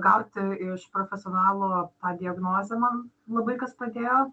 gauti iš profesionalo tą diagnozę man labai kas padėjo